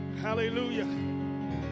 Hallelujah